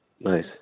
nice